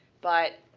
but